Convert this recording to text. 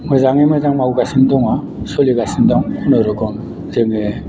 मोजाङै मोजां मावबोगासिनो दङ सोलिगासिनो दं कुनुरोखोम जोङो